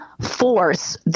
force